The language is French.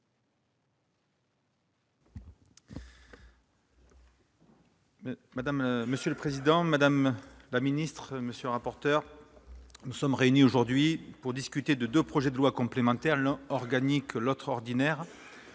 Monsieur le président, madame la ministre, monsieur le rapporteur, mes chers collègues, nous sommes réunis aujourd'hui pour discuter de deux projets de loi complémentaires, l'un organique, l'autre ordinaire,